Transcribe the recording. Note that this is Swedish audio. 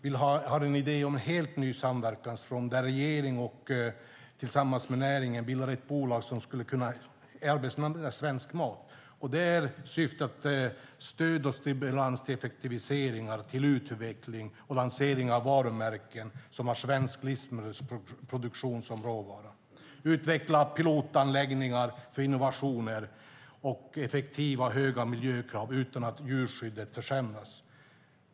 Vi har en idé om en helt ny samverkansform där regeringen tillsammans med näringen bildar ett bolag som skulle kunna verka för svensk mat. För detta behövs stöd och stimulanseffektiviseringar till utveckling och lansering av varumärken med svensk såväl livsmedelsproduktion som råvara. Det behöver utvecklas pilotanläggningar för innovationer och effektiva och höga miljökrav utan att djurskyddet försämras.